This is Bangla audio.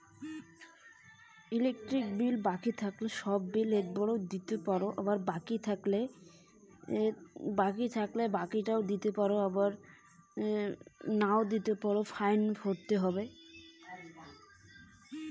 ইলেকট্রিক বিল বাকি থাকিলে কি একেবারে সব বিলে দিবার নাগিবে?